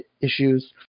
issues